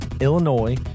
Illinois